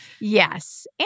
yes